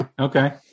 Okay